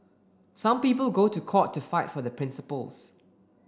some people go to court to fight for their principles